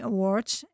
Awards